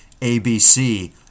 ABC